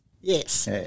yes